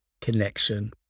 connection